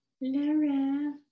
Laura